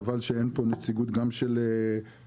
חבל שאין פה נציגות גם של שכנינו,